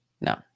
no